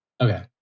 Okay